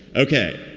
ok.